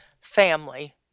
family